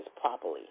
properly